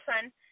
fun